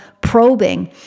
probing